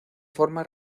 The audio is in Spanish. forma